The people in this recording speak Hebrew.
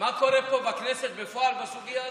מה קורה פה בכנסת בפועל בסוגיה הזאת?